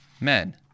men